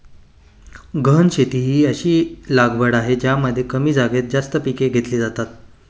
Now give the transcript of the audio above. गहन शेती ही अशी लागवड आहे ज्यामध्ये कमी जागेत जास्त पिके घेतली जातात